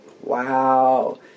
Wow